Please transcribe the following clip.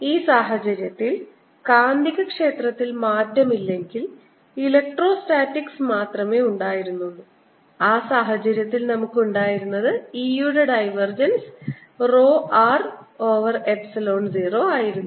ഈ സാഹചര്യത്തിൽ കാന്തികക്ഷേത്രത്തിൽ മാറ്റമില്ലെങ്കിൽ ഇലക്ട്രോസ്റ്റാറ്റിക്സ് മാത്രമേ ഉണ്ടായിരുന്നുള്ളൂ ആ സാഹചര്യത്തിൽ നമുക്ക് ഉണ്ടായിരുന്നത് E യുടെ divergence rho r over epsilon 0 ആയിരുന്നു